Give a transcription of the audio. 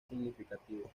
significativo